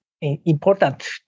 important